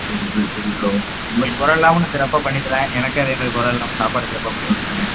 சரி ப்ரோ சரி ப்ரோ உங்களுக்கு கொறை இல்லாமல் நான் சிறப்பாக பண்ணி தரேன் எனக்கும் அதே மாதிரி கொறை இல்லாமல் சாப்பாடு சிறப்பாக பண்ணிக் கொடுத்துருங்க